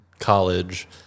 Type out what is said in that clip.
college